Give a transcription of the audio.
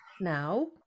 now